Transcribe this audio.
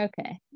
Okay